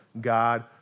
God